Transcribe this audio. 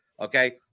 okay